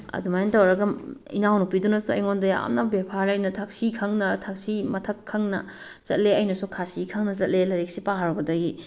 ꯑꯗꯨꯃꯥꯏꯅ ꯇꯧꯔꯒ ꯏꯅꯥꯎ ꯅꯨꯄꯤꯗꯨꯅꯁꯨ ꯑꯩꯉꯣꯟꯗ ꯌꯥꯝꯅ ꯕ꯭ꯌꯥꯕꯍꯥꯔ ꯂꯩꯅ ꯊꯛꯁꯤ ꯈꯪꯅ ꯊꯛꯁꯤ ꯃꯊꯛ ꯈꯪꯅ ꯆꯠꯂꯦ ꯑꯩꯅꯁꯨ ꯈꯥꯁꯤ ꯈꯪꯅ ꯆꯠꯂꯦ ꯂꯥꯏꯔꯤꯛꯁꯦ ꯄꯥꯔꯨꯕꯗꯒꯤ